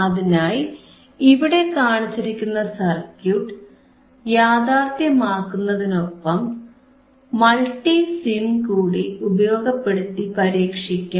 അതിനായി ഇവിടെ കാണിച്ചിരിക്കുന്ന സർക്യൂട്ട് യാഥാർത്ഥ്യമാക്കുന്നതിനൊപ്പം മൾട്ടിസിം കൂടി ഉപയോഗപ്പെടുത്തി പരീക്ഷിക്കാം